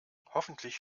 hoffentlich